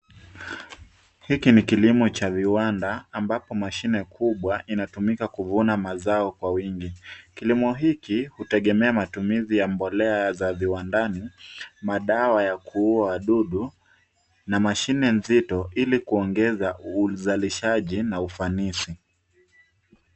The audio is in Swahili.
Hiki ni kilimo cha viwanda, ambapo mashine kubwa inatumika kuvuna mazao kwa wingi. Kilimo hiki hutegemea matumizi ya mbolea ya uzazi wa ndani na dawa ya kuua wadudu, na mashine nzito ili kuongeza uzalishaji na ufanisi.